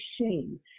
shame